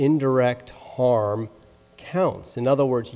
indirect harm counts in other words